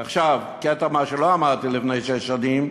עכשיו, קטע שלא אמרתי לפני שש שנים: